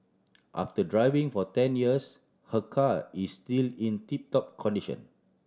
after driving for ten years her car is still in tip top condition